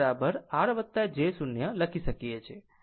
આમ Z R j 0 લખી શકીએ છીએ